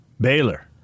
Baylor